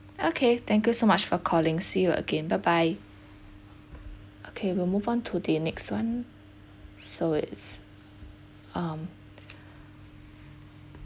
okay thank you so much for calling see you again bye bye okay we'll move on to the next one so it's um